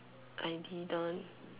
I didn't